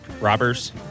Robbers